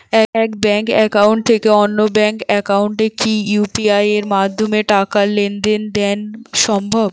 এক bank account থেকে অন্য ব্যাংক একাউন্টে কি ইউ.পি.আই মাধ্যমে টাকার লেনদেন দেন সম্ভব?